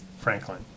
Franklin